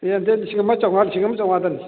ꯌꯥꯗꯦ ꯂꯤꯁꯤꯡ ꯑꯃ ꯆꯥꯝꯃꯉꯥ ꯂꯤꯁꯤꯡ ꯆꯝꯃꯉꯥꯗꯅꯤ